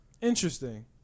Interesting